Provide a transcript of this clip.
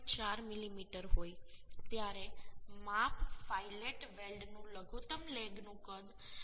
4 મીમી હોય ત્યારે માપ ફાઇલેટ વેલ્ડનું લઘુત્તમ લેગનું કદ 2